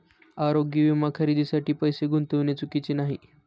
आरोग्य विमा खरेदीसाठी पैसे गुंतविणे चुकीचे नाही